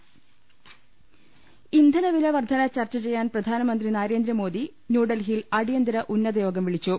ൾ ൽ ൾ ഇന്ധനവില വർധന ചർച്ച ചെയ്യാൻ പ്രധാനമന്ത്രി നരേന്ദ്ര മോദി ന്യൂഡൽഹിയിൽ അടിയന്തര ഉന്നതയോഗം വിളിച്ചു